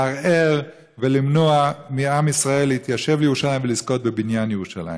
לערער ולמנוע מעם ישראל להתיישב בירושלים ולזכות בבניין ירושלים.